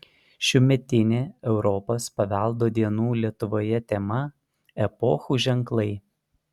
šiųmetinė europos paveldo dienų lietuvoje tema epochų ženklai